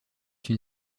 une